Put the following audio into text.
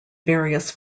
various